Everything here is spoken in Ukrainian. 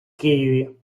києві